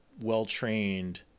well-trained